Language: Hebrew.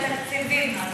לחלק תקציבים.